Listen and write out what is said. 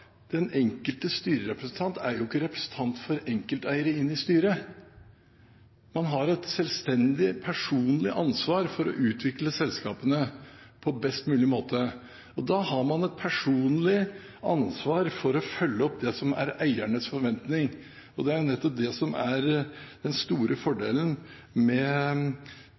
den enkelte styrerepresentant ikke er representant for enkelteiere inn i styret. Man har et selvstendig, personlig ansvar for å utvikle selskapene på best mulig måte. Da har man også et personlig ansvar for å følge opp det som er eiernes forventning. Og det er nettopp det som er den store fordelen med